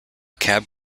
cab